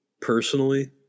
personally